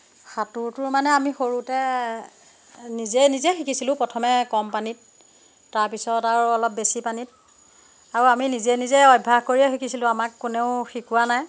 সাঁতোৰটো মানে আমি সৰুতে নিজে নিজে শিকিছিলোঁ প্ৰথমে কম পানীত তাৰপিছত আৰু অলপ বেছি পানীত আৰু আমি নিজে নিজে অভ্যাস কৰিয়ে শিকিছিলোঁ আমাক কোনেও শিকোৱা নাই